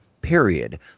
Period